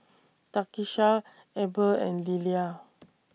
Takisha Eber and Lillia